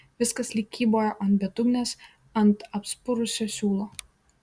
viskas lyg kybojo virš bedugnės ant apspurusio siūlo